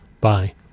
Bye